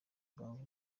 banki